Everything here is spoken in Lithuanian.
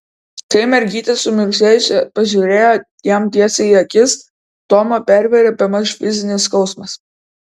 kai mergytė sumirksėjusi pažiūrėjo jam tiesiai į akis tomą pervėrė bemaž fizinis skausmas